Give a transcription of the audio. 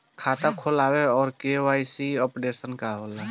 खाता खोलना और के.वाइ.सी अपडेशन का होला?